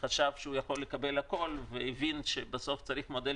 חשב שהוא יכול לקבל הכול והבין שבסוף צריך מודל